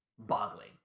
Boggling